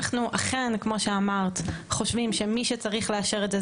אנחנו אכן כמו שאמרת חושבים שמי שצריך לאשר את זה,